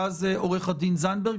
ואז עו"ד זנדברג,